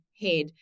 head